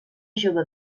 jove